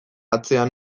atzean